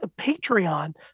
Patreon